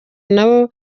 nabo